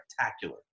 spectacular